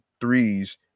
Threes